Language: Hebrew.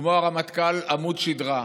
כמו הרמטכ"ל, עמוד שדרה.